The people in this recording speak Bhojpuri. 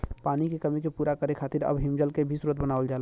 पानी के कमी के पूरा करे खातिर अब हिमजल के भी स्रोत बनावल जाला